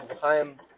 time